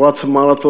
הוא רץ מרתונים,